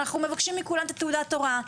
אנחנו מבקשים מכולם תעודת הוראה",